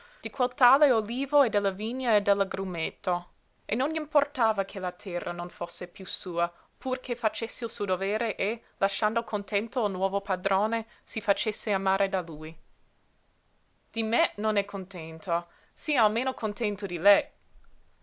di quel tale olivo e della vigna e dell'agrumeto e non gl'importava che la terra non fosse piú sua purché facesse il suo dovere e lasciando contento il nuovo padrone si facesse amare da lui di me non è contento sia almeno contento di lei